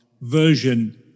version